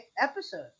episode